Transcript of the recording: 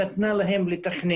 להרים.